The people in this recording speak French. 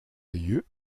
aïeux